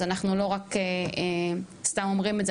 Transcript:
אז אנחנו לא רק סתם אומרים את זה,